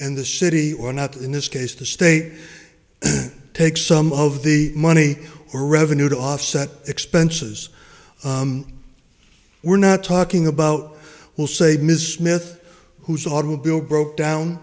and the city or not in this case the state takes some of the money or revenue to offset expenses we're not talking about will save ms smith whose automobile broke down